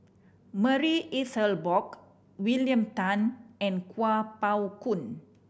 Marie Ethel Bong William Tan and Kuo Pao Kun